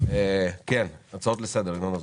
שלחיילי צה"ל התוספת בשכר היא דבר מבורך,